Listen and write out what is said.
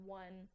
one